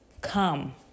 come